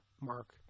Mark